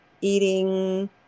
eating